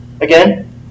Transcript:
again